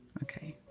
ok.